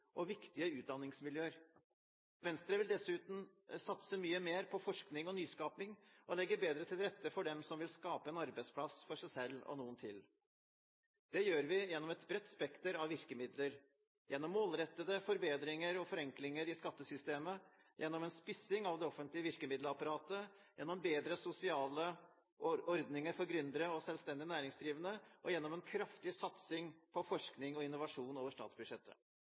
og viktige utdanningsmiljøer. Venstre vil dessuten satse mye mer på forskning og nyskaping og legge bedre til rette for dem som vil skape en arbeidsplass for seg selv og noen til. Det gjør vi gjennom et bredt spekter av virkemidler, gjennom målrettede forbedringer og forenklinger i skattesystemet, gjennom en spissing av det offentlige virkemiddelapparatet, gjennom bedre sosiale ordninger for gründere og selvstendig næringsdrivende og gjennom en kraftig satsing på forskning og innovasjon over statsbudsjettet.